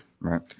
Right